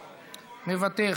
מוותר,